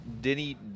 Denny